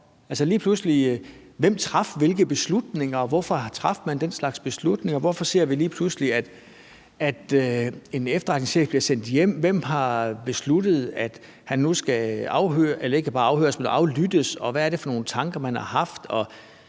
Hvem traf hvilke beslutninger, og hvorfor traf man den slags beslutninger? Hvorfor ser vi lige pludselig, at en efterretningschef bliver sendt hjem? Hvem har besluttet, at han skulle aflyttes, og hvad er det for nogle tanker, man har haft?